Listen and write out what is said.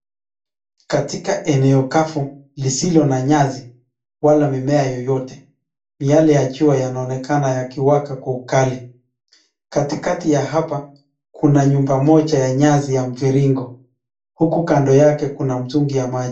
Katika eneo kavu lisilo na nyasi wala mimea yoyote, miale ya jua yanaonekana yakiwaka kwa ukali. Katikati ya hapa kuna nyumba moja ya nyasi ya mviringo huku kando yake kuna mtungi ya maji.